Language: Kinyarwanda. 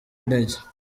intege